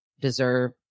deserve